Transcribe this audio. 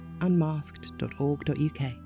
unmasked.org.uk